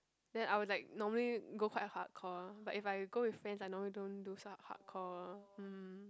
then I will like normally go quite hardcore but if I go with friends I normally don't do so hardcore